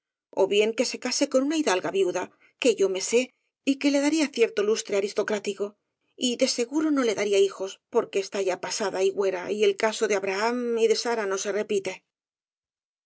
ó bien que se case con una hidalga viuda que yo me sé y que le daría cierto lustre aristocrático y de seguro no le daría hijos porque está ya pasada y huera y el caso de abraham y de sara no se repite